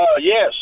Yes